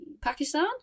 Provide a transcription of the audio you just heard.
Pakistan